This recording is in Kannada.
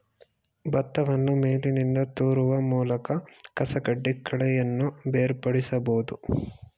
ಭತ್ತವನ್ನು ಮೇಲಿನಿಂದ ತೂರುವ ಮೂಲಕ ಕಸಕಡ್ಡಿ ಕಳೆಯನ್ನು ಬೇರ್ಪಡಿಸಬೋದು